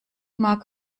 mag